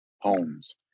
homes